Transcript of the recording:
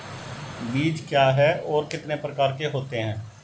बीज क्या है और कितने प्रकार के होते हैं?